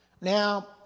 Now